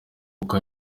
kuko